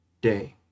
day